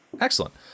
Excellent